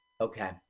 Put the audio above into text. Okay